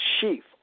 chief